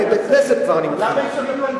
אפשר לטפל גם בזה וגם